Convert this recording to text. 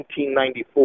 1994